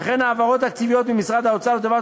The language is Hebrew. וכן העברות תקציביות ממשרד האוצר לטובת